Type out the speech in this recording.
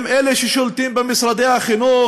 הם אלה ששולטים במשרדי החינוך,